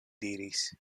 diris